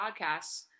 podcasts